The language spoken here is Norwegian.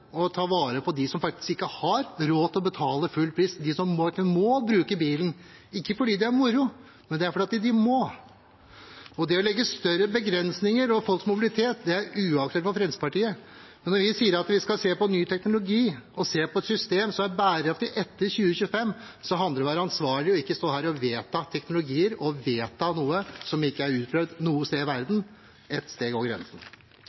å ta vare på dem som ikke har råd til å betale full pris, de som må bruke bilen – ikke fordi det er moro, men fordi de må. Det å legge større begrensninger på folks mobilitet er uaktuelt for Fremskrittspartiet. Når vi sier at vi skal se på ny teknologi og se på et system som er bærekraftig etter 2025, handler det om å være ansvarlig og ikke stå her og vedta teknologier, vedta noe som ikke er utprøvd noe sted i verden. Ett sted går grensen.